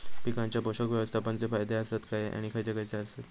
पीकांच्या पोषक व्यवस्थापन चे फायदे आसत काय आणि खैयचे खैयचे आसत?